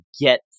get